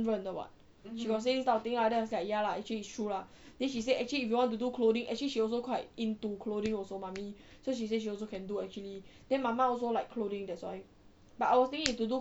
忍的 what she got say this type of thing lah then I was like ya lah actually it's true lah then she say actually if you want to do clothing actually she also quite into clothing also mummy so she say she also can do actually then mama also like clothing that's why but I was thinking is to do